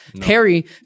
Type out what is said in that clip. Perry